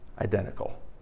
identical